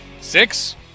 Six